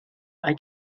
hay